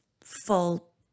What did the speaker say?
full